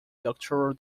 doctoral